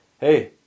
hey